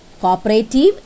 Cooperative